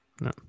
No